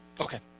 Okay